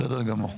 בסדר גמור.